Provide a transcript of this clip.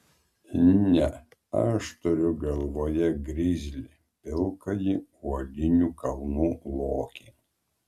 ne aš turiu galvoje grizlį pilkąjį uolinių kalnų lokį